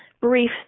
brief